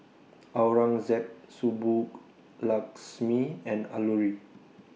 Aurangzeb Subbulakshmi and Alluri